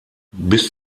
bis